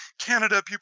Canada